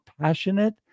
passionate